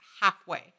halfway